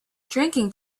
drinking